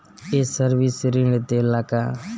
ये सर्विस ऋण देला का?